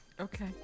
Okay